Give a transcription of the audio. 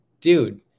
dude